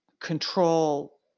control